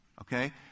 Okay